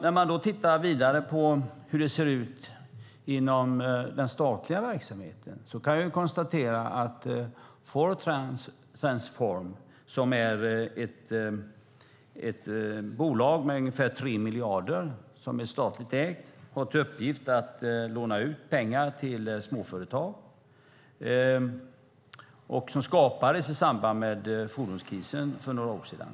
När man tittar vidare på hur det ser ut inom den statliga verksamheten kan jag konstatera att Fouriertransform, som är ett statligt ägt bolag med ungefär 3 miljarder, har till uppgift att låna ut pengar till småföretag. Det skapades i samband med fordonskrisen för några år sedan.